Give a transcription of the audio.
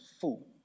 full